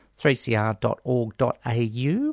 3cr.org.au